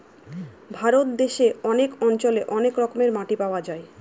ভারত দেশে অনেক অঞ্চলে অনেক রকমের মাটি পাওয়া যায়